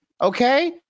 Okay